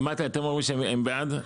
אתם אומרים שהם בעד?